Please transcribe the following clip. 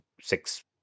six